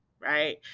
right